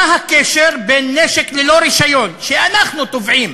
מה הקשר בין נשק ללא רישיון, שאנחנו תובעים